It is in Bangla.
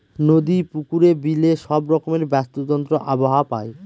নদী, পুকুরে, বিলে সব রকমের বাস্তুতন্ত্র আবহাওয়া পায়